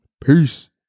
Peace